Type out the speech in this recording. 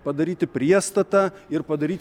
padaryti priestatą ir padaryti